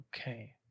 Okay